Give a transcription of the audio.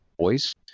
voice